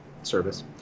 service